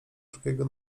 drugiego